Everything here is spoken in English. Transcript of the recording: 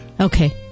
Okay